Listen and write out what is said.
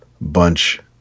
bunch